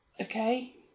okay